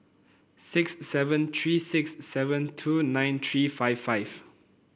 six seven three six seven two nine three five five